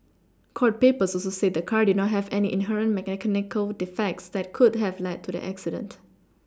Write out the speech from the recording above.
court papers also said the car did not have any inherent mechanical defects that could have led to the accident